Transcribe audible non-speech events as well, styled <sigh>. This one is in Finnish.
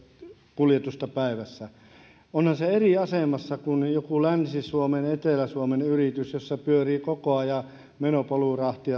kuljetusta päivässä onhan se eri asemassa kuin joku länsi suomen etelä suomen yritys jossa pyörii koko ajan meno paluurahti <unintelligible>